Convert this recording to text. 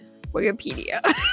Wikipedia